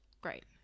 great